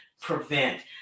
prevent